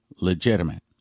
legitimate